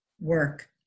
work